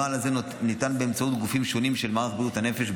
הנוהל זה ניתן באמצעות גופים שונים של מערכת בריאות הנפש,